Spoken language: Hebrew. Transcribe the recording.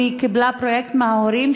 והיא קיבלה פרויקט מההורים,